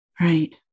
Right